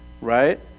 right